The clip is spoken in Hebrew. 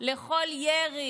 לכל ירי,